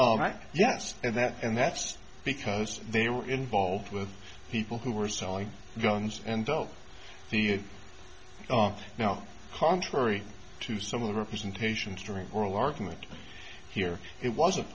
them yes and that and that's because they were involved with people who were selling guns and dealt you know contrary to some of the representations during oral argument here it wasn't